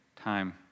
time